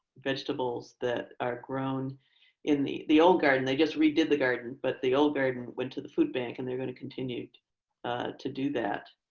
vegetables that are grown in the old old garden, they just redid the garden, but the old garden went to the food bank and they're going to continue to to do that.